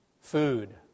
food